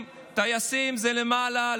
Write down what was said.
מי כבוד השר שיושב במליאה?